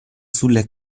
sulle